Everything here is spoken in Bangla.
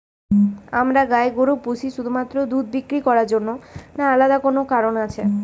আমরা গাই গরু পুষি শুধুমাত্র দুধ বিক্রি করার জন্য না আলাদা কোনো কারণ আছে?